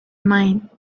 mind